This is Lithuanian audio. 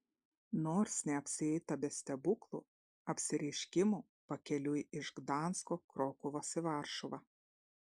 nors neapsieita be stebuklų apsireiškimų pakeliui iš gdansko krokuvos į varšuvą